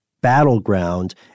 battleground